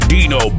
Dino